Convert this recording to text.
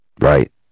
right